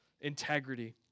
integrity